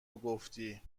گفتی